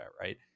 right